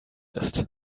ist